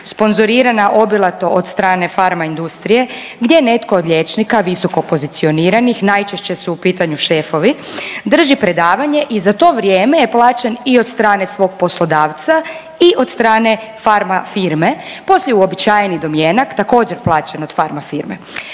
sponzorirana obilato od strane pharma industrije gdje netko od liječnika visokopozicioniranih, najčešće su u pitanju šefovi, drži predavanje i za to vrijeme je plaćen i od strane svog poslodavca i od strane pharma firme i poslije uobičajeni domjenak također plaćen od pharma firme.